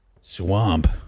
...swamp